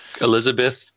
elizabeth